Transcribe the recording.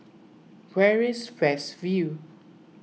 where is West View